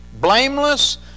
blameless